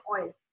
oil